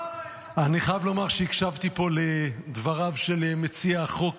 אני חייב לומר שהקשבתי לדבריו של מציע החוק,